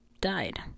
died